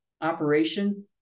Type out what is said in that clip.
operation